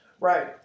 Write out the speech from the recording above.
Right